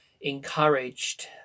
encouraged